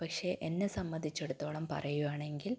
പക്ഷെ എന്നെ സംബന്ധിച്ചിടത്തോളം പറയുവാണെങ്കിൽ